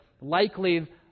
likely